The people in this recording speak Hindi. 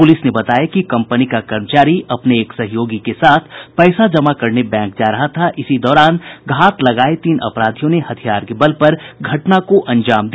पुलिस ने बताया कि कंपनी का कर्मचारी अपने एक सहयोगी के साथ पैसा जमा करने बैंक जा रहा था इसी दौरान घात लगाये तीन अपराधियों ने हथियार के बल पर घटना को अंजाम दिया